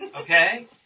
Okay